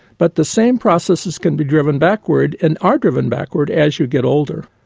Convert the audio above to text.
but the same processes can be driven backward and are driven backward as you get older.